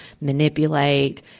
manipulate